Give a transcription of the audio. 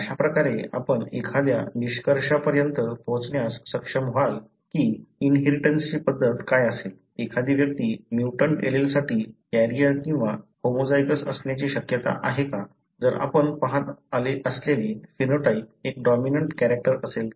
अशा प्रकारे आपण एखाद्या निष्कर्षापर्यंत पोहोचण्यास सक्षम व्हाल की इनहेरिटन्सची पद्धत काय असेल एखादी व्यक्ती म्युटंट एलीलसाठी कॅरियर किंवा होमोजिगस असण्याची शक्यता आहे का जर आपण पहात असलेले फिनोटाइप एक डॉमिनंट कॅरेक्टर असेल तर